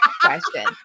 question